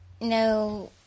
no